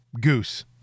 Goose